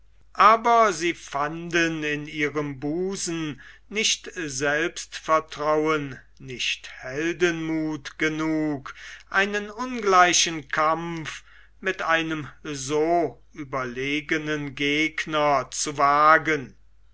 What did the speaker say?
aber sie fanden in ihrem busen nicht selbstvertrauen nicht heldenmuth genug einen ungleichen kampf mit einem so überlegenen gegner zu wagen